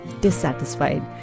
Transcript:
Dissatisfied